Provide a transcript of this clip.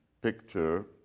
picture